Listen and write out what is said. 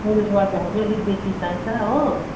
यिनीहरूले गर्दा अब अलिक बेसी चाहिन्छ हो